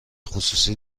خصوصی